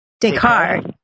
Descartes